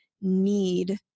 need